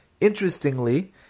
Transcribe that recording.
interestingly